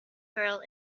girl